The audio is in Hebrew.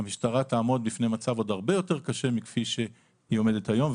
המשטרה תעמוד בפני מצב הרבה יותר קשה מכפי שהיא עומדת היום,